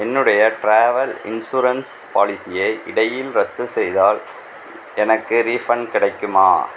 என்னுடைய travel insurance பாலிசியை இடையில் ரத்துசெய்தால் எனக்கு ரீஃபன்ட் கிடைக்குமா